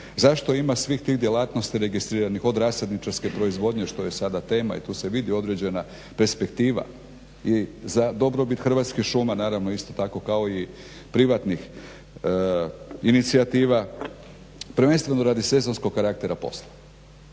Zašto ima svih tih djelatnosti registriranih, od rasadničarske proizvodnje što je sada tema i tu se vidi određena perspektiva i za dobrobit Hrvatskih šuma naravno isto tako kao i privatnih inicijativa, prvenstveno radi sezonskog karaktera posla.